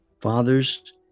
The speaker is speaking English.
Fathers